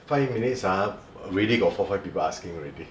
five minutes ah already got four five people asking already